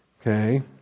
Okay